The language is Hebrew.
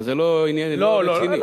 אבל זה לא רציני.